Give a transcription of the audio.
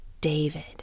David